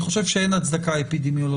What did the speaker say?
אני חושב שאין הצדקה אפידמיולוגית.